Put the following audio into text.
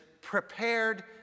prepared